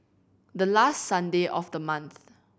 the last Sunday of the month